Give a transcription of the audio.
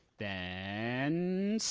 then.